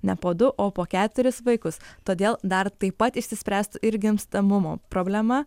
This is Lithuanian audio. ne po du o po keturis vaikus todėl dar taip pat išsispręstų ir gimstamumo problema